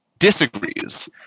disagrees